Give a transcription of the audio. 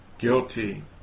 guilty